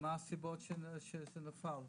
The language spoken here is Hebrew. ומה הסיבות שזה נפל.